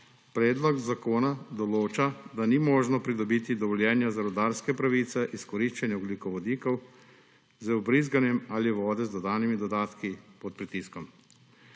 Predlog zakona določa, da ni možno pridobiti dovoljenja za rudarske pravice izkoriščanja ogljikovodikov z vbrizganjem vode ali vode z dodanimi dodatki pod pritiskom.